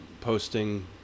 posting